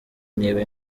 niba